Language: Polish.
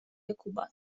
jakuba